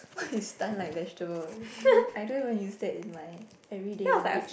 what is stun like vegetable I don't even use that in my everyday language